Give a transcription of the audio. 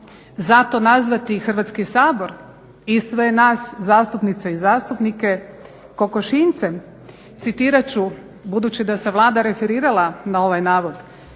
Zato nazvati Hrvatski sabor i sve nas zastupnice i zastupnike kokošinjcem, citirat ću budući da se Vlada referirala na ovaj navod,